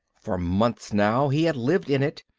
for months now he had lived in it,